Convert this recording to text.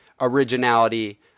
originality